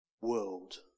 world